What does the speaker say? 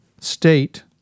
state